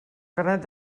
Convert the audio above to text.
carnet